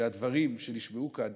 שהדברים שנשמעו כאן